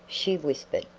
she whispered.